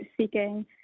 seeking